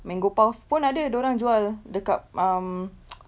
mango puff pun ada dia orang jual dekat um